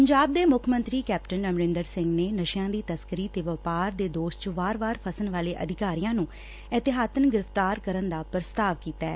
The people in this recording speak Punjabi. ਪੰਜਾਬ ਦੇ ਮੁੱਖ ਮੰਤਰੀ ਕੈਪਟਨ ਅਮਰੰਦਰ ਸਿੰਘ ਨੇ ਕਿਹੈ ਕਿ ਨਸ਼ਿਆਂ ਦੀ ਤਸਕਰੀ ਤੇ ਵਪਾਰ ਦੇ ਦੋਸ਼ ਚ ਵਾਰ ਵਾਰ ਫਸਣ ਵਾਲੇ ਅਪਰਾਧੀਆਂ ਨੂੰ ਇਹਤਿਆਤਣ ਗ੍ਰਿਫ਼ਤਾਰ ਕਰਨ ਦਾ ਪ੍ਰਸਤਾਵ ਕੀਤੈ